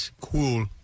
Cool